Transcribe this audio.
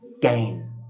Gain